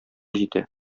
җитә